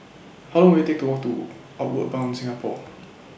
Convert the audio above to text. How Long Will IT Take to Walk to Outward Bound Singapore